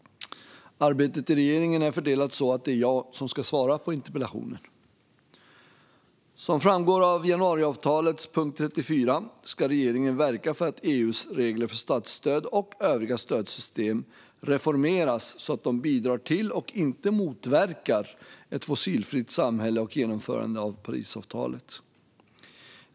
Arbetet i regeringen är fördelat så att det är jag som ska svara på interpellationen. Som framgår av januariavtalets punkt 34 ska regeringen verka för att EU:s regler för statsstöd och övriga stödsystem reformeras så att de bidrar till och inte motverkar ett fossilfritt samhälle och genomförandet av Parisavtalet.